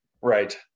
Right